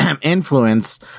influence